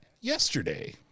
yesterday